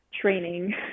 training